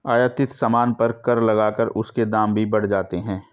आयातित सामान पर कर लगाकर उसके दाम भी बढ़ जाते हैं